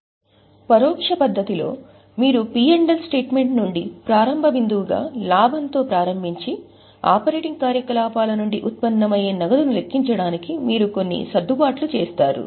Iపరోక్ష పద్ధతిలో మీరు P L ఖాతా నుండి ప్రారంభ బిందువుగా లాభంతో ప్రారంభించి ఆపరేటింగ్ కార్యకలాపాల నుండి ఉత్పన్నమయ్యే నగదును లెక్కించడానికి మీరు కొన్ని సర్దుబాట్లు చేస్తారు